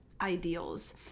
ideals